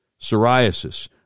psoriasis